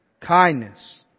kindness